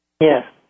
Yes